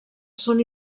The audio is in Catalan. són